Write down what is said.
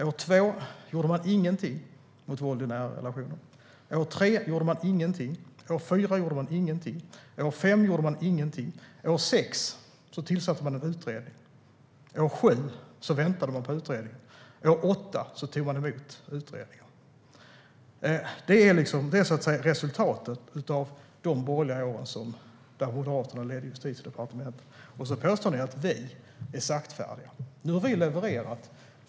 År två gjorde man ingenting mot våld i nära relationer. År tre gjorde man ingenting. År fyra gjorde man ingenting. År fem gjorde man ingenting. År sex tillsatte man en utredning. År sju väntade man på utredningen. År åtta tog man emot utredningen. Det är resultatet av de borgerliga åren då Moderaterna ledde Justitiedepartementet. Och så påstår ni att vi är saktfärdiga! Nu har vi levererat.